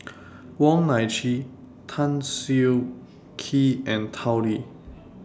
Wong Nai Chin Tan Siah Kwee and Tao Li